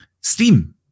steam